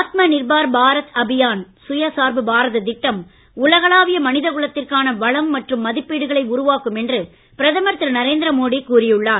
ஆத்ம நிர்பார் பாரத் அபியான் சுயசார்பு பாரத திட்டம் உலகளாவிய மனித குலத்திற்கான வளம் மற்றும் மதிப்பீடுகளை உருவாக்கும் என்று பிரதமர் திரு நரேந்திர மோடி கூறி உள்ளார்